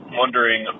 wondering